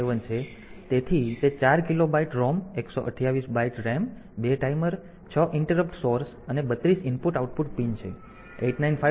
તેથી તે 4 kilobyte ROM 128 byte RAM 2 timer 6 interrupt source અને 32 IO પિન છે